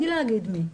לא אומר מי,